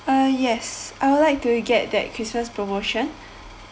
uh yes I would like to get that Christmas promotion